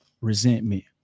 resentment